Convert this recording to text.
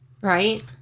Right